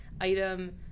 item